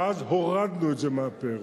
ואז הורדנו את זה מהפרק.